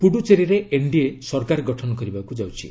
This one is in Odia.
ପୁଡ୍ରୁଚେରୀରେ ଏନ୍ଡିଏ ସରକାର ଗଠନ କରିବାକୁ ଯାଉଛି